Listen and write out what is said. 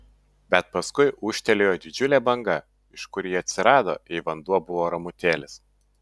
bet paskui ūžtelėjo didžiulė banga iš kur ji atsirado jei vanduo buvo ramutėlis